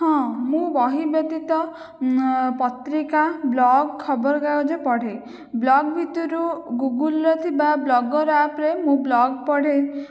ହଁ ମୁଁ ବହି ବ୍ୟତୀତ ପତ୍ରିକା ବ୍ଲଗ ଖବରକାଗଜ ପଢ଼େ ବ୍ଲଗ ଭିତରୁ ଗୁଗୁଲରେ ଥିବା ବ୍ଲଗର ଆପ୍ରେ ମୁଁ ବ୍ଲଗ ପଢ଼େ